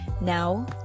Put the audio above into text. Now